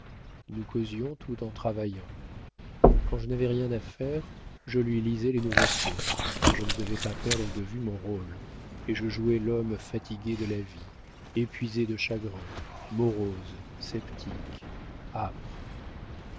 nous causions tout en travaillant quand je n'avais rien à faire je lui lisais les nouveautés car je ne devais pas perdre de vue mon rôle et je jouais l'homme fatigué de la vie épuisé de chagrins morose sceptique âpre